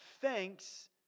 thanks